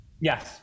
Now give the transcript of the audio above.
Yes